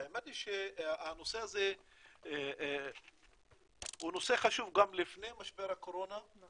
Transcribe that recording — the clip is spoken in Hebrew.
והאמת היא שהנושא הזה הוא נושא חשוב גם לפני משבר הקורונה --- נכון.